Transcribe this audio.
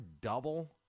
double